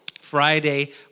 Friday